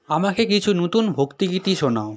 আমাকে কিছু নতুন ভক্তিগীতি শোনাও